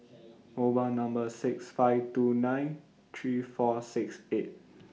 mobile Number six five two nine three four six eight